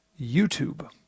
YouTube